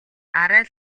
арай